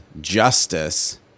justice